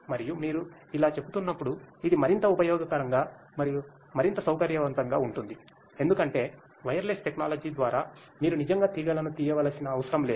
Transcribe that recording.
మరియు మీరు ఇలా చెబుతున్నప్పుడు ఇది మరింత ఉపయోగకరంగా మరియు మరింత సౌకర్యవంతంగా ఉంటుంది ఎందుకంటే వైర్లెస్ టెక్నాలజీ ద్వారా మీరు నిజంగా తీగలను తీయవలసిన అవసరం లేదు